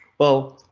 well,